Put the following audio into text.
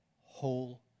whole